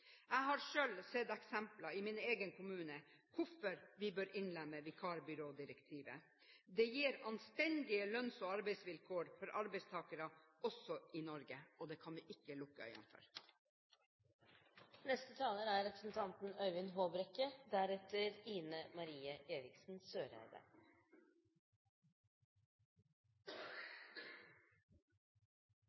Jeg har selv sett eksempler i min egen kommune på hvorfor vi bør innlemme vikarbyrådirektivet. Det gir anstendige lønns- og arbeidsvilkår for arbeidstakere også i Norge, og det kan vi ikke lukke